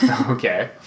Okay